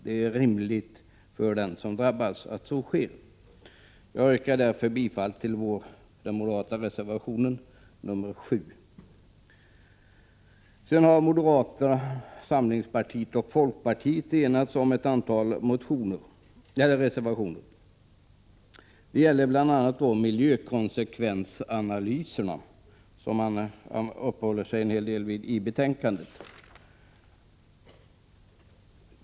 Det är rimligt för den som drabbas att så sker. Jag yrkar därför bifall till den moderata reservationen nr 7. Sedan har moderata samlingspartiet och folkpartiet enats om ett antal reservationer. Det gäller bl.a. de miljökonsekvensanalyser som man uppehåller sig en del vid i betänkandet.